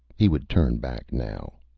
he would turn back, now.